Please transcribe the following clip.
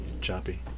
choppy